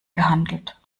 gehandelt